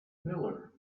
miller